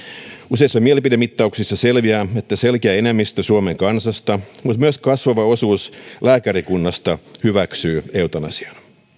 useissa mielipidemittauksissa selviää että selkeä enemmistö suomen kansasta mutta myös kasvava osuus lääkärikunnasta hyväksyy eutanasian